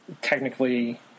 technically